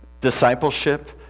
discipleship